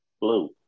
blue